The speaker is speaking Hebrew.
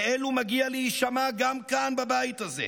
לאלו מגיע להישמע גם כאן, בבית הזה,